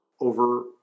over